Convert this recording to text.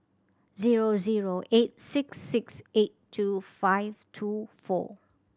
zero zero eight six six eight two five two four